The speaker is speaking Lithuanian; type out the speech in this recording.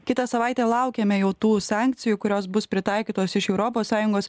kitą savaitę laukiame jau tų sankcijų kurios bus pritaikytos iš europos sąjungos